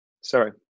sorry